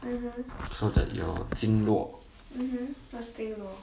so that your 经络